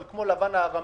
אבל כמו לבן הארמי,